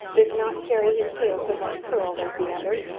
does not carry his tail so much curled as the other,